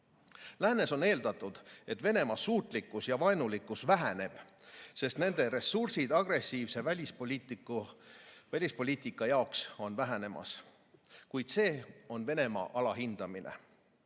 on eeldatud, et Venemaa suutlikkus ja vaenulikkus väheneb, sest nende ressursid agressiivse välispoliitika jaoks on vähenemas, kuid see on Venemaa alahindamine.